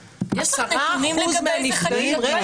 יש לך נתונים לגבי זה, חגית?